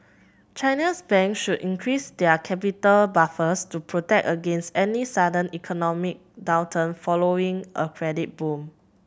China's bank should increase their capital buffers to protect against any sudden economic downturn following a credit boom